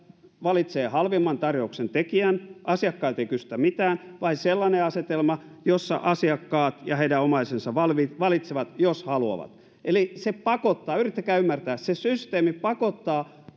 valitsee halvimman tarjouksen tekijän asiakkailta ei kysytä mitään vai sellainen asetelma jossa asiakkaat ja heidän omaisensa valitsevat jos haluavat eli yrittäkää ymmärtää se systeemi pakottaa